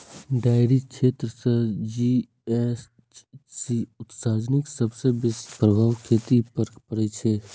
dairy क्षेत्र सं GHC उत्सर्जनक सबसं बेसी प्रभाव खेती पर पड़ै छै